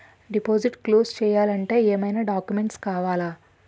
Deposit close చేయాలి అంటే ఏమైనా డాక్యుమెంట్స్ కావాలా?